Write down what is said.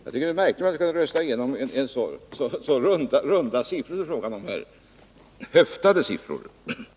Det är märkligt att ni vill rösta igenom så runda siffror, höftade siffror, som det är fråga om här.